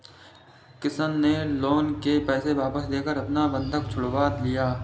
किशन ने लोन के पैसे वापस देकर अपना बंधक छुड़वा लिया